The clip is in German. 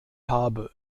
habe